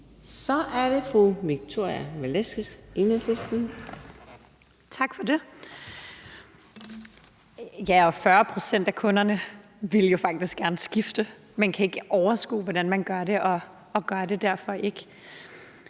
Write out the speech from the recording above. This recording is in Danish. Kl. 19:59 Victoria Velasquez (EL): Tak for det. 40 pct. af kunderne ville jo faktisk gerne skifte, men kan ikke overskue, hvordan man gør det, og gør det derfor ikke.